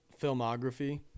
filmography